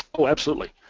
oh, absolutely,